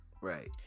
Right